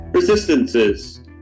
Resistances